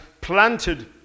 planted